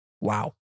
Wow